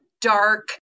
dark